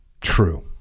true